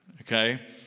Okay